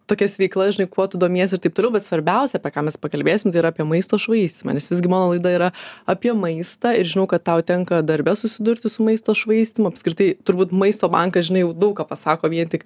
tokias veiklas žinai kuo tu domiesi ir taip toliau bet svarbiausia apie ką mes pakalbėsim tai yra apie maisto švaistymą nes visgi mano laida yra apie maistą ir žinau kad tau tenka darbe susidurti su maisto švaistymu apskritai turbūt maisto bankas žinai jau daug ką pasako vien tik